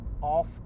off